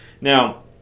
now